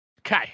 okay